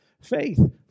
Faith